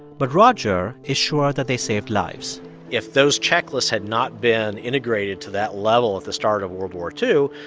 but roger is sure that they saved lives if those checklists had not been integrated to that level at the start of world war ii,